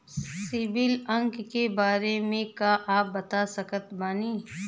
CIBIL अंक के बारे मे का आप बता सकत बानी?